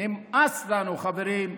נמאס לנו, חברים,